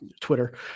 Twitter